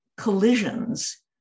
collisions